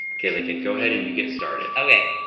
okay, lincoln, go ahead and you get started. okay,